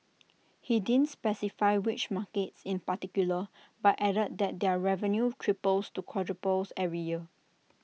he didn't specify which markets in particular but added that their revenue triples to quadruples every year